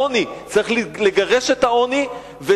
את העוני, צריך לגרש את העוני, תודה.